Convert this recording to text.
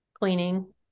cleaning